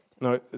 No